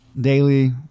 Daily